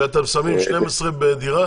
שאתם שמים 12 בדירה